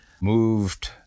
moved